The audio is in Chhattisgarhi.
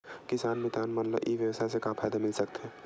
किसान मितान मन ला ई व्यवसाय से का फ़ायदा मिल सकथे?